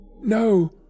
No